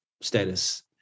status